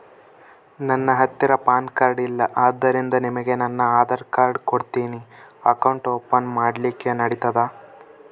ನನ್ನ ಹತ್ತಿರ PAN card ಇಲ್ಲ ಆದ್ದರಿಂದ ನಿಮಗೆ ನನ್ನ ಆಧಾರ್ ಕಾರ್ಡ್ ಕೊಡ್ತೇನಿ ಅಕೌಂಟ್ ಓಪನ್ ಮಾಡ್ಲಿಕ್ಕೆ ನಡಿತದಾ?